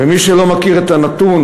ומי שלא מכיר את הנתון